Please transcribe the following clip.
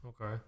Okay